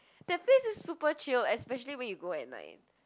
that place is super chill especially when you go at night